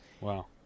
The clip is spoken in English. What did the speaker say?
Wow